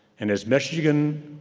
and as michigan,